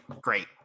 great